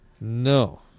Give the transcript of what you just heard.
No